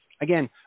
Again